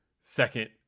second